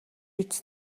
биз